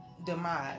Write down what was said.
Demise